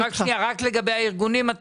לגבי הארגונים?